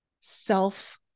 self